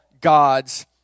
God's